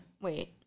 Wait